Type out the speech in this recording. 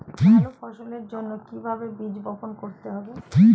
ভালো ফসলের জন্য কিভাবে বীজ বপন করতে হবে?